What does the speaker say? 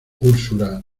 ursula